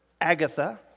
agatha